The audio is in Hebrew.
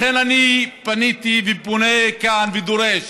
לכן אני פניתי ופונה כאן, ודורש